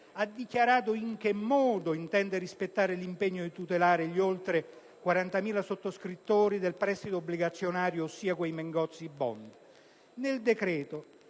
ha dichiarato in che modo intende rispettare l'impegno di tutelare gli oltre 40.000 sottoscrittori del prestito obbligazionario, ossia i "Mengozzi *bond*"*.* Nel decreto